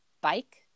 bike